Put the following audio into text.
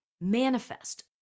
manifest